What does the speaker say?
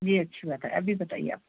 جی اچھی بات ہے ابھی بتائیے آپ